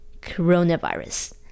Coronavirus